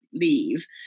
Leave